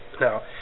Now